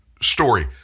story